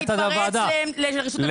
אתה מתפרץ לרשות הדיבור שלי, תתקן אותי אחר כך.